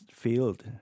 field